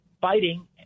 fighting